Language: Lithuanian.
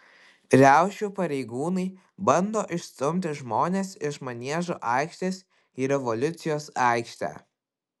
riaušių pareigūnai bando išstumti žmones iš maniežo aikštės į revoliucijos aikštę